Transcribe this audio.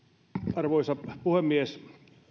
arvoisa puhemies